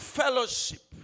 fellowship